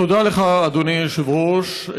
תודה לך, אדוני היושב-ראש.